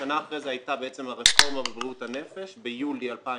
שנה אחר כך הייתה הרפורמה בבריאות הנפש, ב-2015.